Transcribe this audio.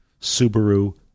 Subaru